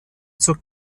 zur